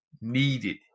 needed